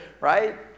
right